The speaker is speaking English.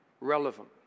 relevant